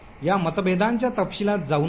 या मतभेदांच्या तपशीलात जाऊ नका